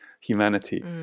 humanity